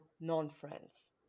non-friends